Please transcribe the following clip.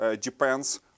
depends